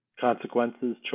consequences